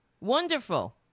wonderful